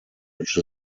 which